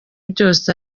byose